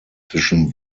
zwischen